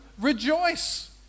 rejoice